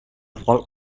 vault